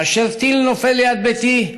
כאשר טיל נופל ליד ביתי,